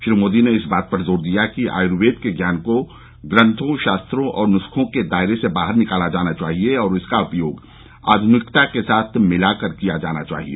श्री मोदी ने इस बात पर जोर दिया कि आयुर्वेद के ज्ञान को ग्रंथों शास्त्रों और नुस्खों के दायरे से बाहर निकाला जाना चाहिए और इसका उपयोग आधुनिकता के साथ मिलाकर किया जाना चाहिए